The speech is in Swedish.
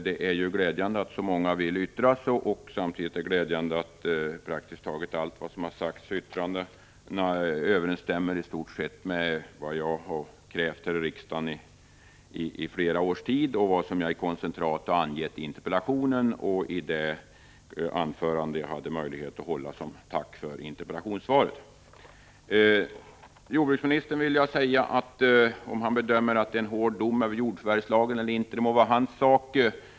Det är glädjande att så många vill yttra sig och att praktiskt taget allt 137 som har sagts i stort sett överensstämmer med vad jag har krävt här i riksdagen i flera års tid och som jag i koncentrat har angett i interpellationen och i mitt tack för interpellationssvaret. Om jordbruksministern anser att detta är en hård dom över jordförvärvslagen må det vara hans sak.